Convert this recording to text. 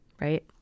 right